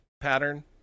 pattern